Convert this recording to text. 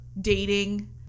dating